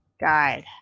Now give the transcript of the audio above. guide